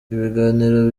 ibiganiro